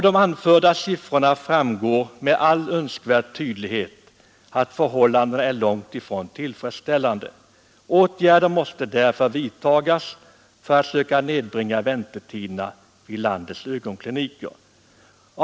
De anförda siffrorna visar med all önskvärd tydlighet att förhållandena är långt ifrån tillfredsställande. Åtgärder måste därför vidtas för att nedbringa väntetiderna vid landets ögonkliniker.